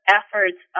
efforts